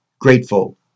grateful